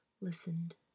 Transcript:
listened